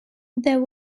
there